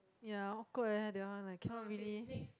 ya awkward leh that one like cannot really